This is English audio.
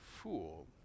fool